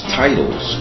titles